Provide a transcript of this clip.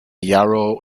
yarrow